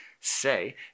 say